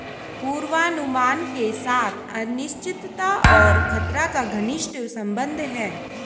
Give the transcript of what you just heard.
पूर्वानुमान के साथ अनिश्चितता और खतरा का घनिष्ट संबंध है